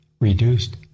reduced